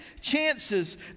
chances